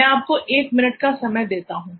मै आपको 1 मिनट का समय देता हूँ